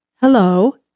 Hello